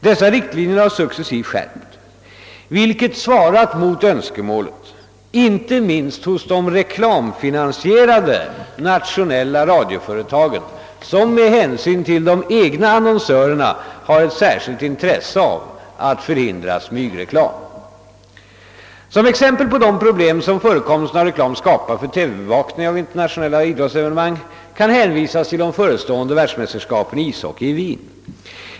Dessa riktlinjer har successivt skärpts, vilket svarat mot önskemålen inte minst hos de reklamfinansierade nationella radioföretagen, som med hänsyn till de egna annonsörerna har ett särskilt intresse att förhindra smygreklam. Som exempel på de problem, som förekomsten av reklam skapar för TV bevakningen av internationella idrottsevenemang, kan hänvisas till de förestående världsmästerskapen i ishockey i Wien.